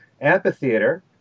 Amphitheater